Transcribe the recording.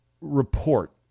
report